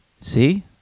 see